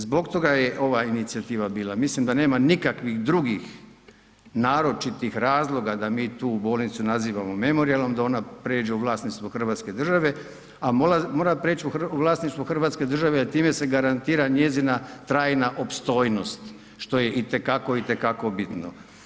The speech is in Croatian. Zbog toga je ova inicijativa bila, mislim da nema nikakvih drugih naročitih razloga da mi tu bolnicu nazivamo memorijalnom, da ona pređe u vlasništvo hrvatske države, a mora preć u vlasništvo hrvatske države jer time se garantira njezina trajna opstojnost što je itekako, itekako bitno.